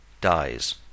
dies